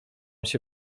się